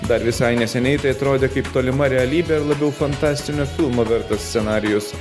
dar visai neseniai tai atrodė kaip tolima realybė ar labiau fantastinio filmo vertas scenarijus